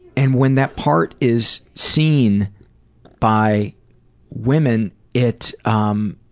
and when that part is seen by women it, um